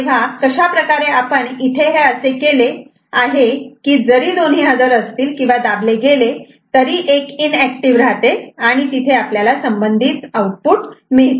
तेव्हा अशाप्रकारे आपण इथे हे असे केले आहे की जरी दोन्ही हजर असतील किंवा दाबले गेले तरी एक इनऍक्टिव्ह राहते आणि तिथे आपल्याला संबंधित आउटपुट मिळते